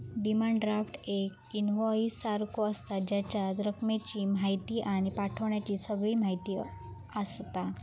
demand draft एक invoice सारखो आसता, जेच्यात रकमेची म्हायती आणि पाठवण्याची सगळी म्हायती आसता